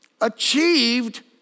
achieved